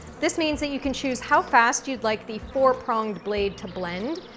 this means that you can choose how fast you'd like the four-pronged blade to blend.